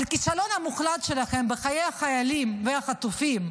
על הכישלון המוחלט שלכם, בחיי החיילים והחטופים,